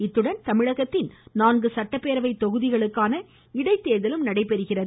இத்துடன் தமிழகத்தின் நான்கு சட்டப்பேரவை தொகுதி இடைத்தேர்தலும் நடைபெறுகிறது